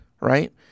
Right